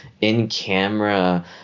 in-camera